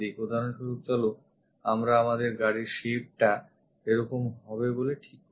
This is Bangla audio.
উদাহরণস্বরূপ চলো আমরা আমাদের গাড়ির shapeটা এরকম হবে বলে ঠিক করি